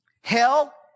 Hell